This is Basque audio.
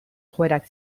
joerak